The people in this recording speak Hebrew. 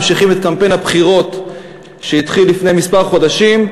ממשיכים את קמפיין הבחירות שהתחיל לפני כמה חודשים.